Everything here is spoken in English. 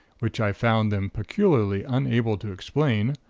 which i found them peculiarly unable to explain,